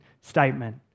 statement